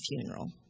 funeral